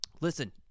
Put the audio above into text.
listen